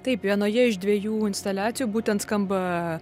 taip vienoje iš dviejų instaliacijų būtent skamba